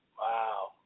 Wow